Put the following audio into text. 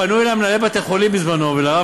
בזמנו פנו מנהלי בתי-חולים אלי ואל הרב